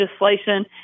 legislation